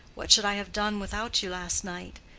what should i have done without you last night?